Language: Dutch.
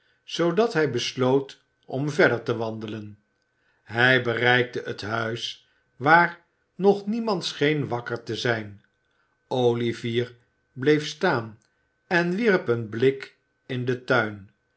zoodat hij besloot om verder te wandelen hij bereikte het huis waar nog niemand scheen wakker te zijn olivier bleef staan en wierp een blik in den tuin